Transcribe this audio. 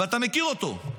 ואתה מכיר אותו.